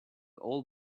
all